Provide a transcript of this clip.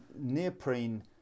neoprene